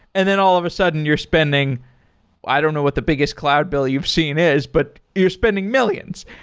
and then all of a sudden you're spending i don't know what the biggest cloud bill you've seen is, but you're spending millions.